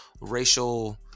racial